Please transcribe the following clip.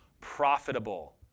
profitable